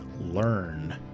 learn